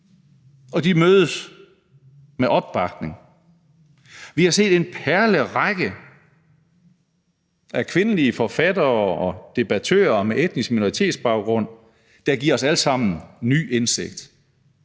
og de mødes med opbakning. Vi har set en perlerække af kvindelige forfattere og debattører med etnisk minoritetsbaggrund, der giver os alle sammen ny indsigt.